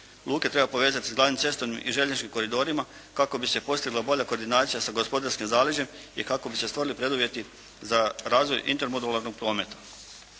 Luke treba povezati sa glavnim cestovnim i željezničkim koridorima kako bi se postigla bolja koordinacija za gospodarskim zaleđem i kako bi se stvorili preduvjeti za razvoj intermodularnog prometa.